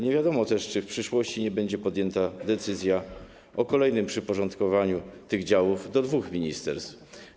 Nie wiadomo też, czy w przyszłości nie będzie podjęta decyzja o kolejnym przyporządkowaniu tych działów do dwóch ministerstw.